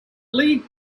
league